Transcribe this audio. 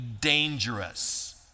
dangerous